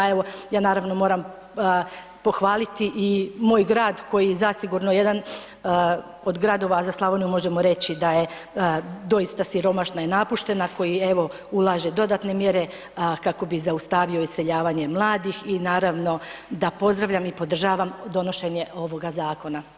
Evo, ja naravno moram pohvaliti i moj grad koji je zasigurno jedan od gradova, za Slavoniju možemo reći da je doista siromašna i napuštena, koji evo ulaže dodatne mjere kako bi zaustavio iseljavanje mladih i naravno da pozdravljam i podržavam donošenje ovoga zakona.